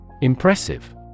Impressive